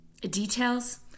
details